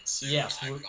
Yes